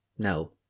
No